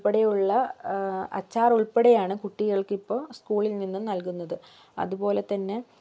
ഉൾപ്പെടെയുള്ള അച്ചാറുൾപ്പെടെയാണ് കുട്ടികൾക്കിപ്പോൾ സ്കൂളിൽ നിന്നും നൽകുന്നത് അത്പോലെതന്നെ